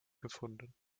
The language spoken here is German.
gefunden